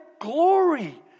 glory